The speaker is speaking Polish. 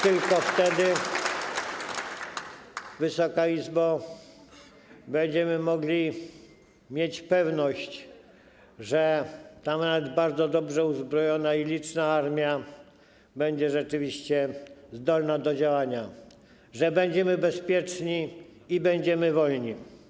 Tylko wtedy będziemy mogli mieć pewność, że ta nawet bardzo dobrze uzbrojona i liczna armia będzie rzeczywiście zdolna do działania, że będziemy bezpieczni i będziemy wolni.